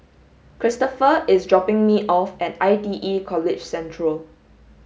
Christoper is dropping me off at I T E College Central